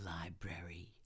library